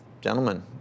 gentlemen